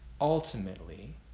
ultimately